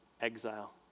exile